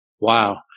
Wow